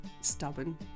Stubborn